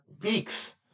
beaks